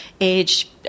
age